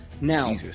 Now